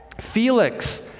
Felix